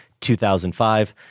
2005